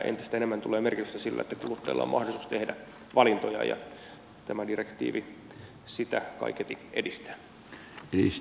entistä enemmän tulee merkitystä sille että kuluttajilla on mahdollisuus tehdä valintoja ja tämä direktiivi sitä kaiketi edistää